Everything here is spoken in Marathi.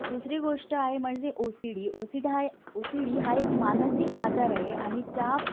दुसरी गोष्ट आहे म्हणजे O C D O C D हा ओ सी डी हा एक मानसिक आजार आहे आणि त्या